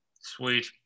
Sweet